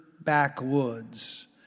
backwoods